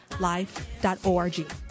life.org